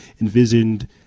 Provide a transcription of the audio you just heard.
envisioned